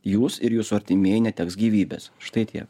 jūs ir jūsų artimieji neteks gyvybės štai tiek